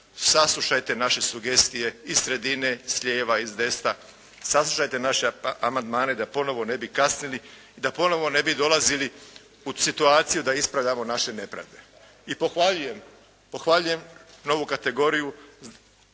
saslušajte naše sugestije iz sredine, s lijeva i s desna, saslušajte naše amandmane da ponovo ne bi kasnili i da ponovo ne bi dolazili u situaciju da ispravljamo naše nepravde. I pohvaljujem novu kategoriju